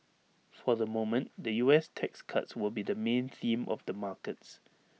for the moment the U S tax cuts will be the main theme of the markets